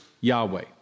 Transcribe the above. Yahweh